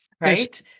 right